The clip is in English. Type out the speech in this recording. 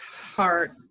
heart